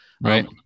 Right